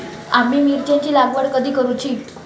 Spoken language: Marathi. आम्ही मिरचेंची लागवड कधी करूची?